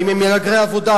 האם הם מהגרי עבודה,